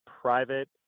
private